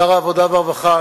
שר העבודה והרווחה,